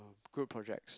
group projects